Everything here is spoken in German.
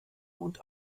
und